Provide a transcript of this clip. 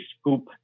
scoop